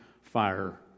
fire